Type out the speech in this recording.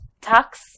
tax